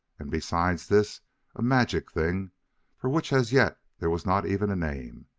and besides this a magic thing for which as yet there was not even a name!